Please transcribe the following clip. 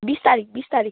बिस तारिक बिस तारिक